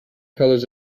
colors